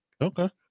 Okay